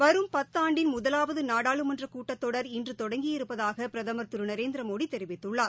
வரும் பத்தாண்டின் முதலாவது நாடாளுமன்ற கூட்டத்தொடர் இன்று தொடங்கி இருப்பதாக பிரதம் திரு நரேந்திரமோடி தெரிவித்துள்ளார்